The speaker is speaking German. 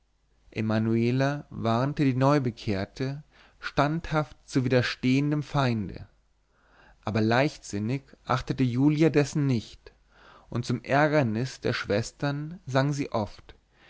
emanuela warnte die neubekehrte standhaft zu widerstehen dem feinde aber leichtsinnig achtete julia dessen nicht und zum ärgernis der schwestern sang sie oft